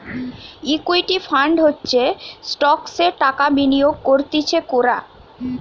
equity fund হচ্ছে স্টকসে টাকা বিনিয়োগ করতিছে কোরা